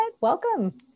welcome